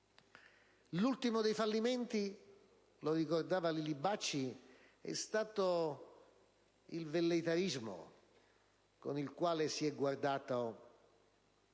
L'ultimo dei fallimenti, ricordato dal senatore Livi Bacci, è stato il velleitarismo con il quale si è guardato